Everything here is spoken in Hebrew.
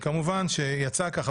יצא כך,